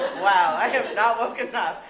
wow, i have not woken up.